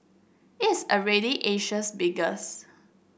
it is already Asia's biggest